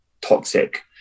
toxic